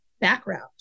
background